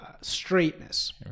straightness